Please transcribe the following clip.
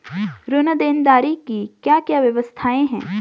ऋण देनदारी की क्या क्या व्यवस्थाएँ हैं?